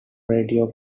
radio